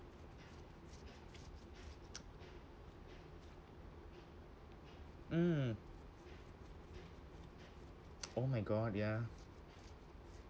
mm oh my god yeah